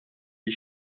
wie